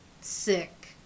sick